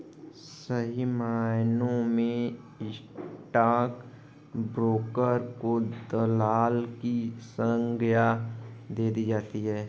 सही मायनों में स्टाक ब्रोकर को दलाल की संग्या दे दी जाती है